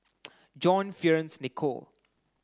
John Fearns Nicoll